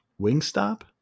Wingstop